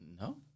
No